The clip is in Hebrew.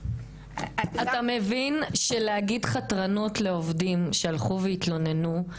אתה מבין שלקרוא חתרנות לעובדים שהלכו והתלוננו,